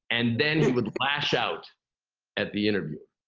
and then he would lash out at the interviewer.